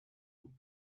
would